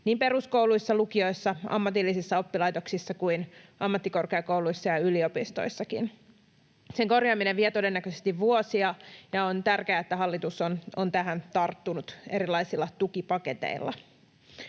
niin peruskouluissa, lukioissa, ammatillisissa oppilaitoksissa kuin ammattikorkeakouluissa ja yliopistoissakin. Sen korjaaminen vie todennäköisesti vuosia, ja on tärkeää, että hallitus on tähän tarttunut erilaisilla tukipaketeilla.